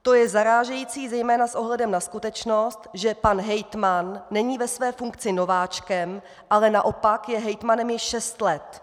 To je zarážející zejména s ohledem na skutečnost, že pan hejtman není ve své funkci nováčkem, ale naopak je hejtmanem již šest let.